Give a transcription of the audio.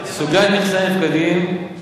סוגיית נכסי נפקדים,